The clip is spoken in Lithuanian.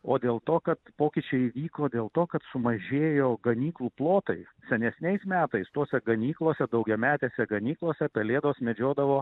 o dėl to kad pokyčiai vyko dėl to kad sumažėjo ganyklų plotai senesniais metais tose ganyklose daugiametėse ganyklose pelėdos medžiodavo